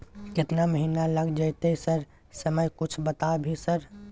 केतना महीना लग देतै सर समय कुछ बता भी सर?